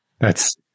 That's-